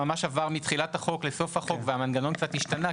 מתחילת החוק לסוף החוק והמנגנון קצת השתנה,